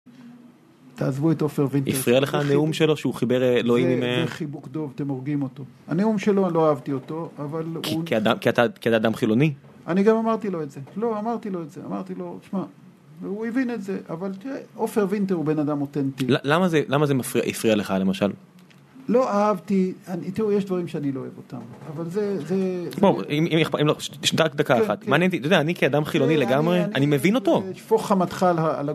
תעזבו את עופר וינטר... הפריע לך על נאום שלו שהוא חיבר אלוהים? זה החיבוק דוב, אתם הורגים אותו. הנאום שלו לא אהבתי אותו, אבל... כי אתה אדם חילוני? אני גם אמרתי לו את זה. לא אמרתי לו את זה. אמרתי לו, שמע, והוא הבין את זה, אבל תראה, עופר ווינטר הוא בן אדם אותנטי. למה זה הפריע לך למשל? לא אהבתי... איתו יש דברים שאני לא אוהב אותם. אבל זה... דקה אחת. חילוני לגמרי, אני מבין אותו.